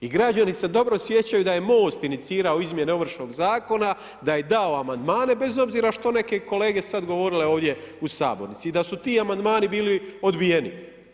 I građani se dobro sjećam da je Most inicirao izmjene Ovršnog zakona, da je dao amandmane, bez obzira što neke kolege sad govorile ovdje u Sabornici i da su ti amandmani bili odbijeni.